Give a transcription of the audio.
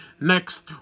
next